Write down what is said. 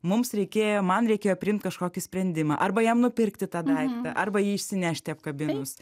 mums reikėjo man reikėjo priimt kažkokį sprendimą arba jam nupirkti tą daiktą arba jį išsinešti apkabinus